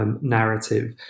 narrative